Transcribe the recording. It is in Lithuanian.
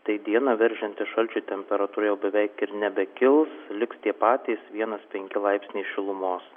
tai dieną veržiantis šalčio temperatūra jau beveik ir nebekils liks tie patys vienas penki laipsniai šilumos